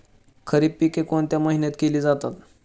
खरीप पिके कोणत्या महिन्यात केली जाते?